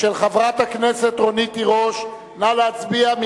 של חברת הכנסת רונית תירוש, נא להצביע.